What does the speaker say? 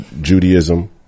Judaism